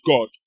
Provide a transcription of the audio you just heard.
God